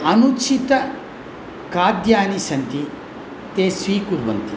अनुचित खाद्यानि सन्ति ते स्वीकुर्वन्ति